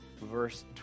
verse